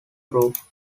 roof